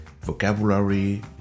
vocabulary